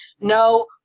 no